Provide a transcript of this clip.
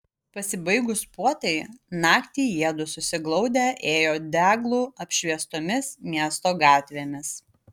pasibaigus puotai naktį jiedu susiglaudę ėjo deglų apšviestomis miesto gatvėmis